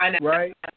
right